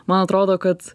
man atrodo kad